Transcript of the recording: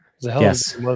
Yes